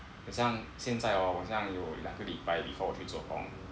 很像现在哦我现在有两个礼拜 before 我去做工